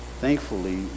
Thankfully